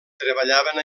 treballaven